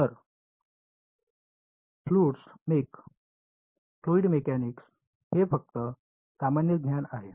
तर fluid mech fluid mechanics हे फक्त सामान्य ज्ञान आहे